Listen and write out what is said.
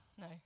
No